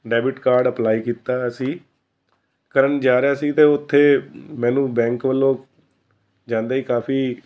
debit card apply ਕੀਤਾ ਸੀ ਕਰਨ ਜਾ ਰਿਹਾ ਸੀ ਅਤੇ ਉੱਥੇ ਮੈਨੂੰ ਬੈਂਕ ਵੱਲੋਂ ਜਾਂਦੇ ਹੀ ਕਾਫ਼ੀ